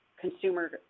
consumer